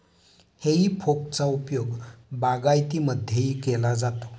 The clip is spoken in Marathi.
हेई फोकचा उपयोग बागायतीमध्येही केला जातो